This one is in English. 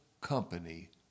company